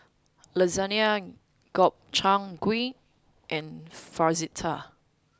Lasagne Gobchang Gui and Fajitas